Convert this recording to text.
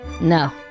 No